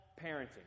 parenting